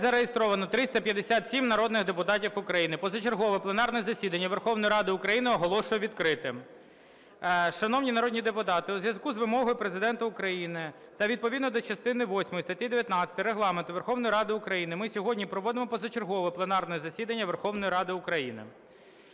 зареєстровано 357 народних депутатів. Позачергове пленарне засідання Верховної Ради України оголошую відкритим. Шановні народні депутати, у зв'язку з вимогою Президента України та відповідно до частини восьмої статті 19 Регламенту Верховної Ради України ми сьогодні проводимо позачергове пленарне засідання Верховної Ради України.